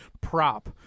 prop